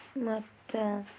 ಮತ್ತು